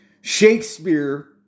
Shakespeare